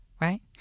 right